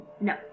no